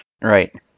Right